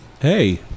Hey